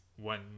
One